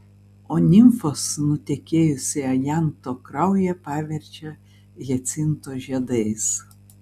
o nimfos nutekėjusį ajanto kraują paverčia hiacinto žiedais